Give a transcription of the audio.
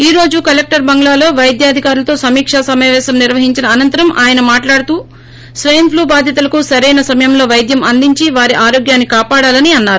ఈ రోజు కలెక్టర్ బంగ్లాలో వైద్యాధికారులతో సమికా సమాపేశం నిర్వహించిన అనంతరం ఆయన మాట్లాడుతూ స్వెన్ప్లూ బాధితులకు సరైన సమయంలో వైద్యం అందించి వారి ఆరోగ్యాన్ని కాపాడాలని అన్నారు